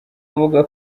avuga